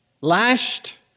lashed